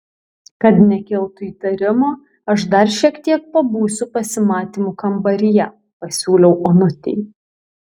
kad nekiltų įtarimo aš dar šiek tiek pabūsiu pasimatymų kambaryje pasiūliau onutei